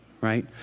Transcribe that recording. right